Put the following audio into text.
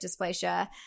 dysplasia